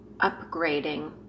upgrading